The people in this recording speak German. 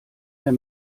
der